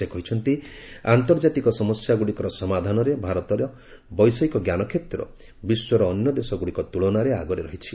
ସେ କହିଛନ୍ତି ଆନ୍ତର୍ଜାତିକ ସମସ୍ୟାଗୁଡ଼ିକର ସମାଧାନରେ ଭାରତର ବୈଷୟିକଜ୍ଞାନ କ୍ଷେତ୍ର ବିଶ୍ୱର ଅନ୍ୟ ଦେଶଗୁଡ଼ିକ ତୁଳନାରେ ଆଗରେ ରହିଛି